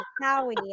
Howie